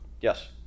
Yes